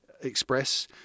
Express